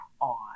on